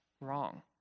wrong